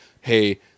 hey